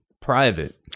private